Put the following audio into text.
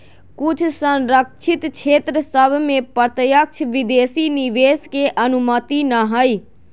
कुछ सँरक्षित क्षेत्र सभ में प्रत्यक्ष विदेशी निवेश के अनुमति न हइ